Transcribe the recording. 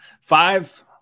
Five